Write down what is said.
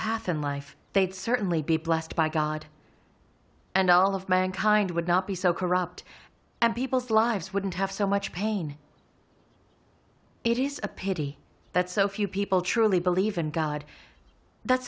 path in life they'd certainly be blessed by god and all of mankind would not be so corrupt and people's lives wouldn't have so much pain it is a pity that so few people truly believe in god that